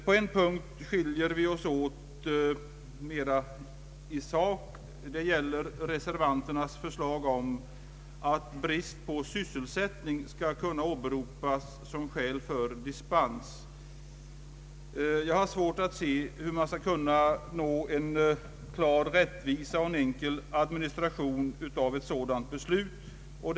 På en punkt skiljer vi oss åt mera i sak, nämligen när det gäller reservanternas förslag om att brist på sysselsättning skall kunna åberopas som skäl för dispens. Jag har svårt att se hur en klar rättvisa skall kunna uppnås på det sättet och hur en sådan ordning skall kunna administreras.